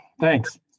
Thanks